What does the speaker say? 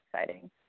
exciting